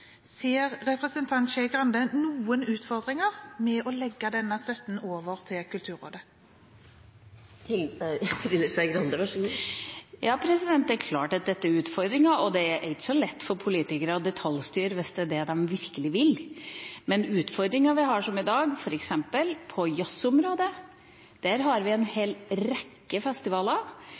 Ser representanten Skei Grande noen utfordringer med å legge denne støtten til Kulturrådet? Ja, det er klart det er utfordringer. Det er ikke så lett for politikere å detaljstyre, hvis det er det de virkelig vil. For å nevne noen utfordringer som vi har i dag: På jazzområdet har vi en hel rekke festivaler,